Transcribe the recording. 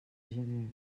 gener